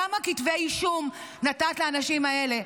כמה כתבי אישום נתת לאנשים האלה?